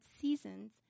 seasons